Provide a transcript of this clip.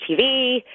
TV